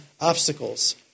obstacles